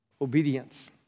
Obedience